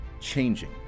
changing